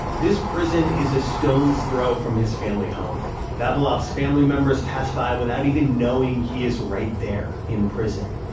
this prison is a stone's throw from his family home. vavilov's family members pass by without even knowing he is right there in prison.